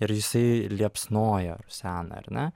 ir jisai liepsnoja rusena ar ne